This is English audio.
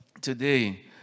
today